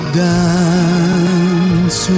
dance